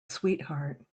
sweetheart